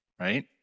Right